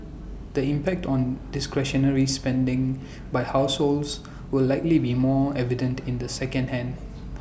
the impact on discretionary spending by households will likely be more evident in the second hand